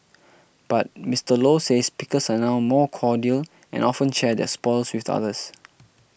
but Mister Low says pickers are now more cordial and often share their spoils with others